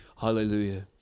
Hallelujah